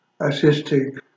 assisting